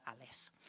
Alice